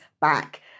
back